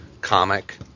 comic